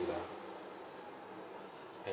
lah